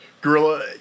Gorilla